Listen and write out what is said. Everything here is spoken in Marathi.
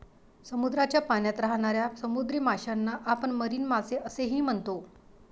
समुद्राच्या पाण्यात राहणाऱ्या समुद्री माशांना आपण मरीन मासे असेही म्हणतो